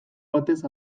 batez